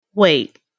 Wait